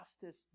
justice